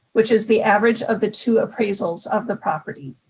which is the average of the two appraisals of the property.